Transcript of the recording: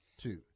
two